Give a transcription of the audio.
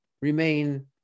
remain